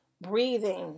breathing